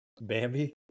Bambi